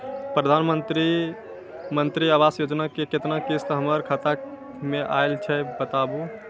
प्रधानमंत्री मंत्री आवास योजना के केतना किस्त हमर खाता मे आयल छै बताबू?